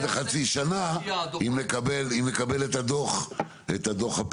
לחצי שנה היא מקבלת את דו"ח הפעילות.